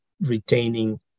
retaining